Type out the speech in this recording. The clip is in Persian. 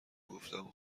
گفتم